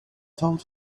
told